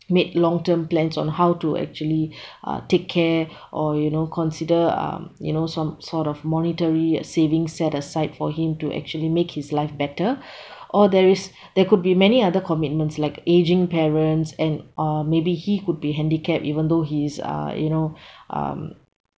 made long term plans on how to actually uh take care or you know consider um you know some sort of monetary savings set aside for him to actually make his life better or there is there could be many other commitments like aging parents and uh maybe he could be handicapped even though he is uh you know um